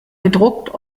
gedruckt